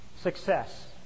Success